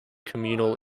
communal